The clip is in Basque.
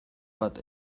bat